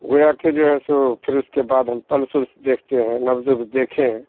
گویا کہ جو ہے سو پھر اس کے بعد ہم پلس ولس دیکھتے ہیں نبض وبض دیکھے ہیں